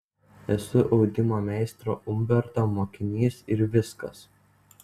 esu audimo meistro umberto mokinys ir viskas